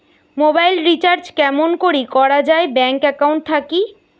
Mobile recharge কেমন করি করা যায় ব্যাংক একাউন্ট থাকি?